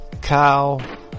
Kyle